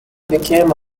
became